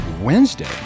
wednesday